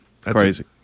crazy